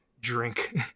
drink